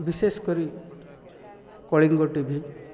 ବିଶେଷ କରି କଳିଙ୍ଗ ଟିଭି